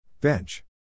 Bench